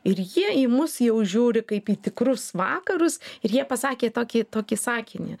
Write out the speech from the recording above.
ir jie į mus jau žiūri kaip į tikrus vakarus ir jie pasakė tokį tokį sakinį